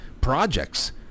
projects